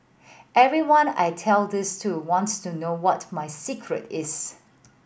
everyone I tell this to wants to know what my secret is